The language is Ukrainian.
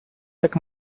так